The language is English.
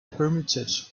hermitage